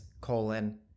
colon